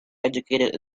educated